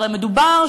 הרי מדובר,